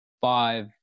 five